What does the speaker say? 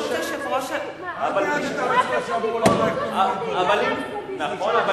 חופש הדיבור הוא דו-צדדי, הוא לא חד-צדדי, סליחה.